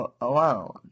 alone